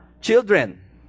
children